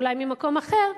אולי ממקום אחר,